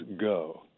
go